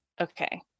Okay